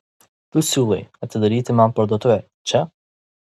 tu siūlai atidaryti man parduotuvę čia